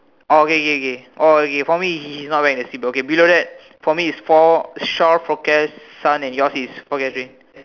oh okay okay oh okay for he he not wearing his seat belt okay below that for me is fore shore forecast sun and yours is forecasting